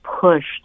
pushed